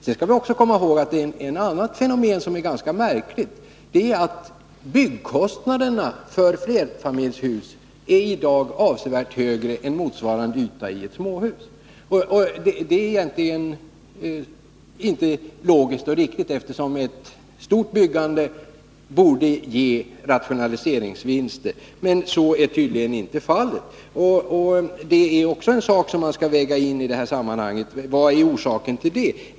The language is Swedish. Vi skall också komma ihåg ett annat fenomen, som är ganska märkligt: byggkostnaderna för flerfamiljshus är i dag avsevärt högre än för motsvarande yta i småhus. Det är egentligen inte logiskt och riktigt, eftersom byggande stor skala borde ge rationaliseringsvinster. Men så är tydligen inte fallet. Och det är också något som man skall väga in. Vad är orsaken till detta?